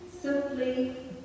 Simply